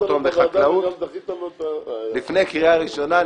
השקעות הון בחקלאות לפני קריאה ראשונה.